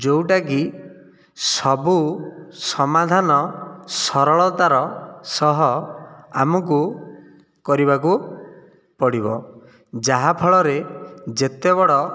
ଯେଉଁଟାକି ସବୁ ସମାଧାନ ସରଳତାର ସହ ଆମକୁ କରିବାକୁ ପଡ଼ିବ ଯାହାଫଳରେ ଯେତେ ବଡ଼